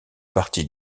partie